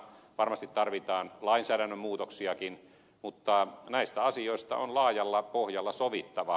varmasti tarvitaan lainsäädännön muutoksiakin mutta näistä asioista on laajalla pohjalla sovittava